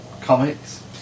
comics